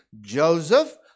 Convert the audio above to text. Joseph